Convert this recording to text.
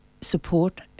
support